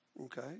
Okay